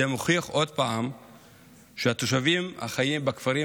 זה מוכיח עוד פעם שהתושבים החיים בכפרים